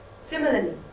Similarly